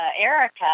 Erica